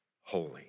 holy